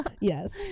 Yes